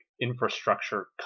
infrastructure